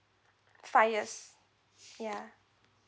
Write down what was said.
five years ya